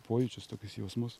pojūčius tokius jausmus